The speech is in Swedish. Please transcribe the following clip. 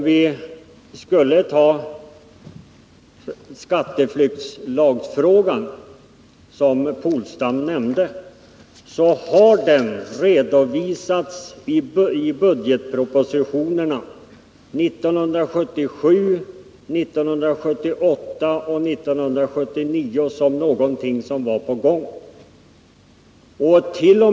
Vad sedan skatteflyktsfrågan beträffar, som herr Polstam nämnde, har ju denna redovisats i budgetpropositionerna 1977, 1978 och 1979. Någonting var alltså i gång. T.o.